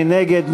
מי נגד?